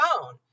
phone